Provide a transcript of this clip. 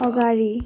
अगाडि